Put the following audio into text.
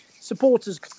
supporters